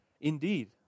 Indeed